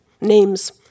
names